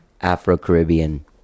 Afro-Caribbean